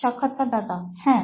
সাক্ষাৎকারদাতা হ্যাঁ